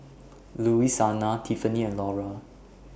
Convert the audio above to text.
Louisiana Tiffany and Laura